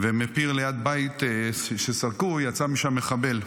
ומפיר ליד בית שסרקו יצא מחבל.